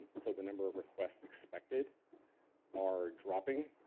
so the number of requests expected are dropping.